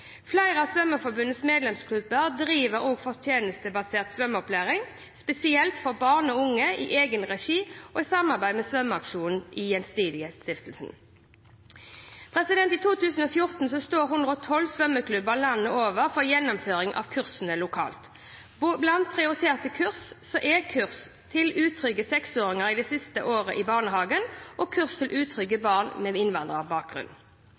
Flere av Svømmeforbundets medlemsklubber driver fortjenestebasert svømmeopplæring, spesielt for barn og unge, i egen regi og i samarbeid med Svømmeaksjonen i Gjensidigestiftelsen. I 2014 står 112 svømmeklubber landet over for gjennomføringen av kursene lokalt. Blant prioriterte kurs er kurs til utrygge seksåringer det siste året i barnehagen og kurs til utrygge barn med innvandrerbakgrunn.